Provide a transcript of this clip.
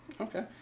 Okay